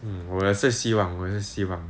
mm 我也是希望我也是希望